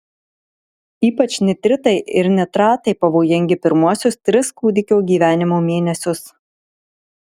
ypač nitritai ir nitratai pavojingi pirmuosius tris kūdikio gyvenimo mėnesius